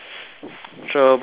sure bo